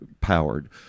powered